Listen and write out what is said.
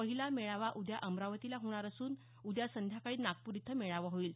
पहिला मेळावा उद्या अमरावतीला होणार असून उद्या संध्याकाळी नागपूर इथं मेळाचा होईल